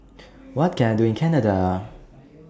What Can I Do in Canada